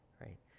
right